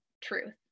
truth